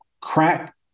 Crack